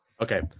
okay